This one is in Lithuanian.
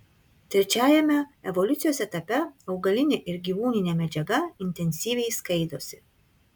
trečiajame evoliucijos etape augalinė ir gyvūninė medžiaga intensyviai skaidosi